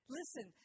listen